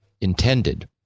intended